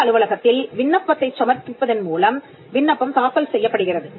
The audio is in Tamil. இந்த அலுவலகத்தில் விண்ணப்பத்தைச் சமர்ப்பிப்பதன் மூலம் விண்ணப்பம் தாக்கல் செய்யப்படுகிறது